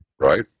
right